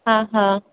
हा हा